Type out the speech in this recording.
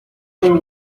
algo